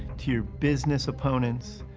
to your business opponents,